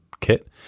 kit